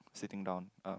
sitting down uh